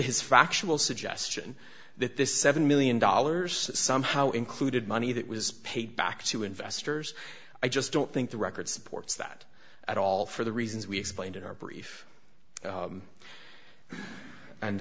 his factual suggestion that this seven million dollars somehow included money that was paid back to investors i just don't think the record supports that at all for the reasons we explained in our brief